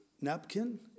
napkin